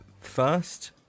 first